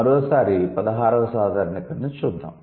మరోసారి పదహారవ సాధారణీకరణను చూద్దాం